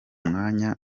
mwanya